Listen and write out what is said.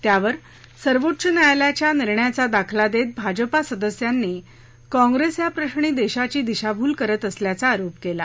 त्यावर सर्वोच्च न्यायालयाच्या निर्णयाचा दाखला देत भाजपा सदस्यांनी काँप्रेस या प्रश्नी देशाची दिशाभूल करत असल्याचा आरोप केला